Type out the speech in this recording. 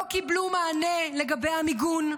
לא קיבלנו מענה לגבי המיגון,